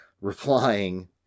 Replying